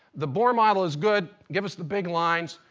the bohr model is good, give us the big lines,